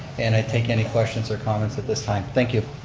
and i take any questions or comments at this time. thank you.